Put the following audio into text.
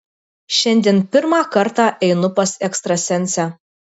šiandien pirmą kartą einu pas ekstrasensę